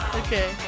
okay